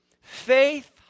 faith